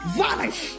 vanish